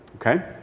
okay?